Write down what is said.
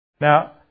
Now